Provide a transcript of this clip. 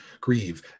grieve